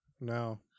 No